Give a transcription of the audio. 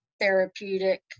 therapeutic